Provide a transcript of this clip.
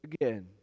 again